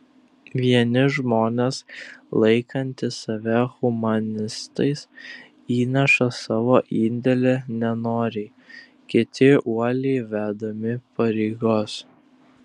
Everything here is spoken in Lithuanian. vieni žmonės laikantys save humanistais įneša savo indėlį nenoriai kiti uoliai vedami pareigos